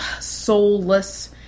soulless